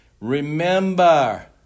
remember